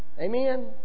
Amen